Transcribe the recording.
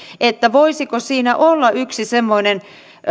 läpi voisiko siinä olla yksi semmoinen